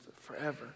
forever